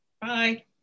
Bye